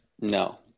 No